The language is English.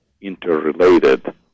interrelated